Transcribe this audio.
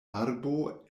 arbo